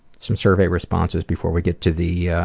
some survey responses before we get to the